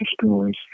stories